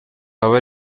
aba